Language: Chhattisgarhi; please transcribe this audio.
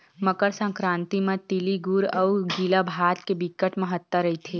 मकर संकरांति म तिली गुर अउ गिला भात के बिकट महत्ता रहिथे